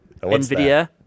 Nvidia